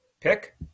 pick